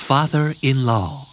Father-in-law